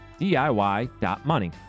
diy.money